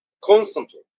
constantly